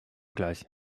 gleich